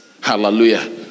Hallelujah